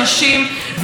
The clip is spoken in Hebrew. יש לנו פתרון.